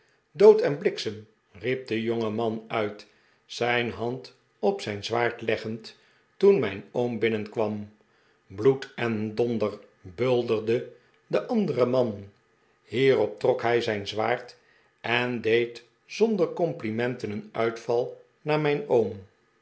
dood en bliksem riep de jongeman uit zijn hand op zijn zwaard leggend toen mijn oom binnenkwam bloed en donder bulderde de andere man hierop trok hij zijn zwaard en deed zonder complimenten een uitval naar mijn oom